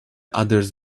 others